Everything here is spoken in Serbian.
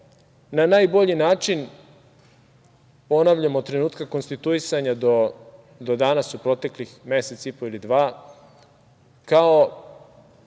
na najbolji način, ponavljam, od trenutka konstituisanja do danas, u proteklih mesec i po ili dva, kao